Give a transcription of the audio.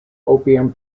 opium